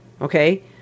Okay